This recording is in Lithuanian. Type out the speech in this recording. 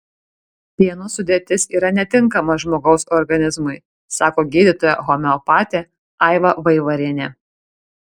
pieno sudėtis yra netinkama žmogaus organizmui sako gydytoja homeopatė aiva vaivarienė